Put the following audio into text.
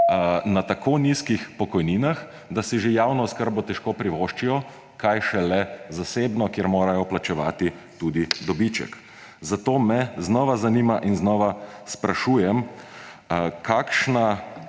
na tako nizkih pokojninah, da si že javno oskrbo težko privoščijo, kaj šele zasebno, kjer morajo plačevati tudi dobiček. Zato me znova zanima in znova sprašujem: Kakšna